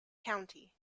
county